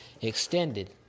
extended